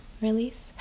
release